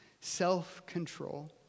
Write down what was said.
self-control